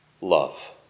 love